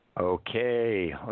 Okay